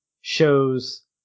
shows